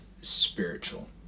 spiritual